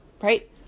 right